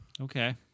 Okay